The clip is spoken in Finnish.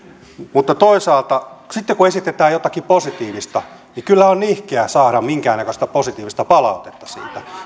mutta toisaalta sitten kun esitetään jotakin positiivista niin kyllä on nihkeää saada minkäännäköistä positiivista palautetta siitä